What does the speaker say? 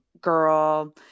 girl